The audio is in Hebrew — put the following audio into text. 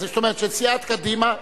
כלומר של סיעת קדימה,